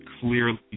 clearly